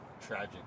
Tragic